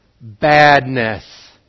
badness